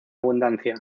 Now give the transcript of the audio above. abundancia